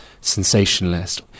sensationalist